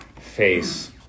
face